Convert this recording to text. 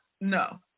no